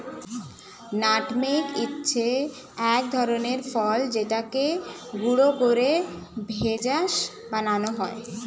nutmeg হচ্ছে এক ধরনের ফল যেটাকে গুঁড়ো করে ভেষজ বানানো হয়